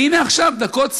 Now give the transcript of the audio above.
והנה עכשיו, דקות ספורות,